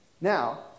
Now